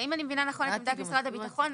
אם אני מבינה נכון את עמדת משרד הביטחון,